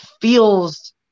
feels